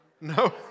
No